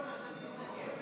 כל מה שתביא נתנגד.